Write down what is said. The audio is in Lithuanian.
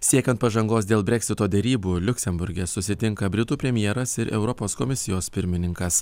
siekiant pažangos dėl breksito derybų liuksemburge susitinka britų premjeras ir europos komisijos pirmininkas